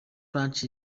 branch